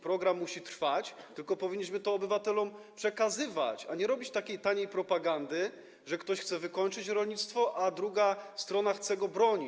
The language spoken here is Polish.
Program musi trwać, tylko powinniśmy to obywatelom przekazywać, a nie robić takiej taniej propagandy, że ktoś chce wykończyć rolnictwo, a druga strona chce je bronić.